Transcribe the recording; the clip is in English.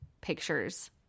pictures